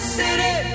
city